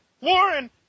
Warren